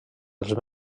els